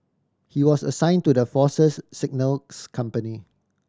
he was assign to the Force's Signals company